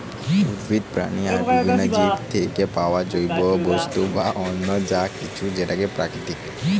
উদ্ভিদ, প্রাণী আর বিভিন্ন জীব থিকে পায়া জৈব বস্তু বা অন্য যা কিছু সেটাই প্রাকৃতিক